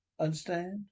Understand